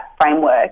framework